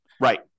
Right